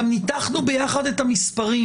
גם ניתחנו יחד את המספרים.